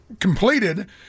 completed